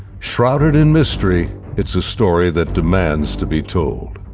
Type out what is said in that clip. shrouded in mystery it's a story that demands to be told.